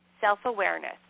self-awareness